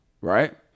Right